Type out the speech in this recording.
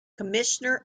commissioner